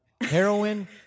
Heroin